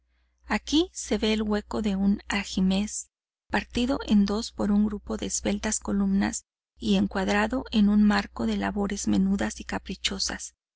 aquí se ve el hueco de un ajimez partido en dos por un grupo de esbeltas columnas y encuadrado en un marco de labores menudas y caprichosas